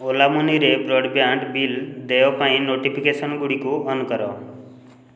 ଓଲା ମନିରେ broadband bill ଦେୟ ପାଇଁ ନୋଟିଫିକେସନ୍ଗୁଡ଼ିକୁ ଅନ୍ କର